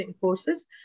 Courses